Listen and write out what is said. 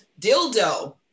dildo